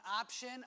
option